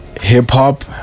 hip-hop